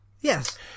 Yes